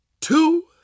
two